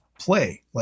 play